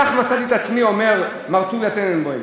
כך מצאתי את עצמי, אומר מר טוביה טננבאום,